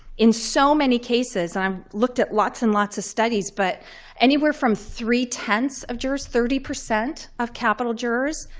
in so many cases, i've looked at lots and lots of studies, but anywhere from three ten so of jurors, thirty percent of capital jurors,